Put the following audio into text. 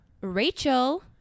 Rachel